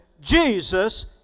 Jesus